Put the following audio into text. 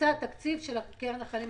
שעוסק בתקציב הקרן לחיילים